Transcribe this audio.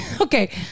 Okay